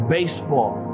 Baseball